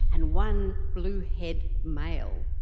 and one bluehead male.